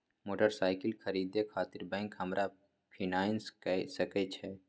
Motorcycle खरीदे खातिर bank हमरा फिनांस कय सके छै?